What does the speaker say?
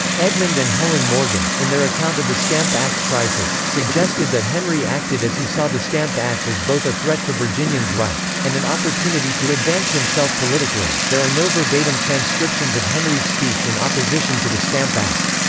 edmund and helen morgan, in their account of the stamp act crisis, suggested that henry acted as he saw the stamp act as both a threat to virginians' rights, and an opportunity to advance himself politically there are no verbatim transcriptions of henry's speech in opposition to the stamp act.